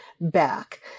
back